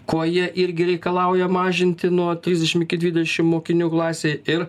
ko jie irgi reikalauja mažinti nuo trisdešimt iki dvidešimt mokinių klasėj ir